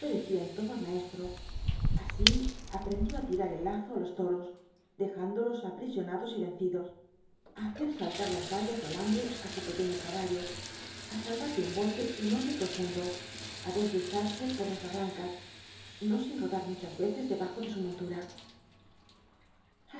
en todo al maestro y así aprendió á tirar el lazo á los toros dejándolos aprisionados y vencidos á hacer saltar las vallas de alambre á su pequeño caballo á salvar de un bote un hoyo profundo á deslizarse por las barrancas no sin rodar muchas veces debajo de su montura